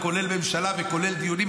כולל ממשלה וכולל דיונים.